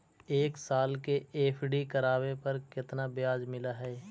एक साल के एफ.डी करावे पर केतना ब्याज मिलऽ हइ?